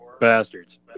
bastards